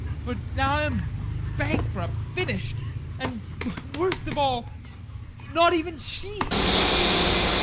for now i am bankrupt! finished and worst of all not even she is left to me!